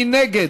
מי נגד?